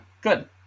Good